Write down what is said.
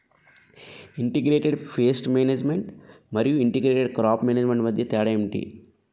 integrated pest management మరియు integrated crop management మధ్య తేడా ఏంటి